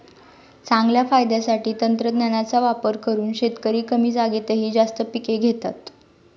चांगल्या फायद्यासाठी तंत्रज्ञानाचा वापर करून शेतकरी कमी जागेतही जास्त पिके घेतात